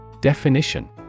Definition